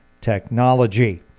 technology